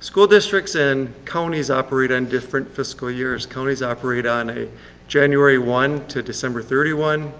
school districts and counties operate on different fiscal years. counties operate on a january one to december thirty one